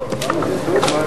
לא, זה טוב.